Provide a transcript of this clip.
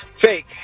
fake